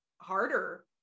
harder